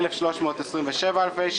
1,327 אלפי ש"ח,